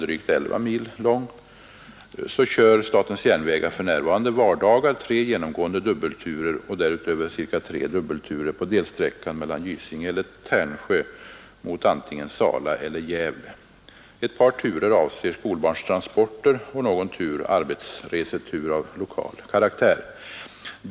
för närvarande vardagar tre genomgående dubbelturer och därutöver cirka tre dubbelturer på delsträckan från Gysinge eller Tärnsjö mot antingen Sala eller Gävle. Ett par turer avser skolbarnstransporter och någon tur arbetsresor av lokal karaktär.